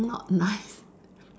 not nice